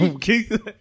Keith